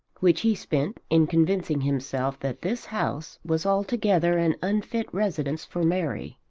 which he spent in convincing himself that this house was altogether an unfit residence for mary.